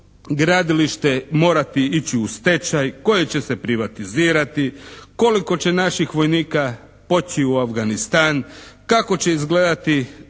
brodogradilište morati ići u stečaj, koje će se privatizirati, koliko će naših vojnika poći u Afganistan, kako će izgledati